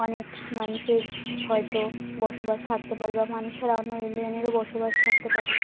অনেক মানুষের হয়তো বসবাস থাকতে পারে বা মানুষেরা অন্য এলিয়ানেরও বসবাস থাকতে পারে